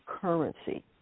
currency